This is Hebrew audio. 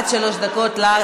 עד שלוש דקות.